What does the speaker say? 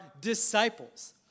disciples